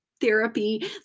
therapy